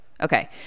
Okay